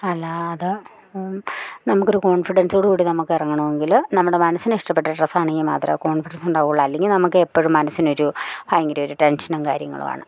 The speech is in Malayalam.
അല്ലാതെ നമുക്കൊരു കോൺഫിഡൻസോട് കൂടി നമുക്ക് ഇറങ്ങണമെങ്കിൽ നമ്മുടെ മനസ്സിന് ഇഷ്ടപ്പെട്ട ഡ്രസ്സാണെങ്കിൽ മാത്രമേ കോൺഫിഡൻസ് ഉണ്ടാവുകയുള്ളു അല്ലെങ്കിൽ നമുക്ക് എപ്പഴും മനസ്സിനൊരു ഭയങ്കര ഒരു ടെൻഷനും കാര്യങ്ങളുവാണ്